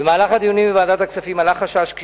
במהלך הדיונים בוועדת הכספים עלה חשש כי